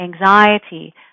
anxiety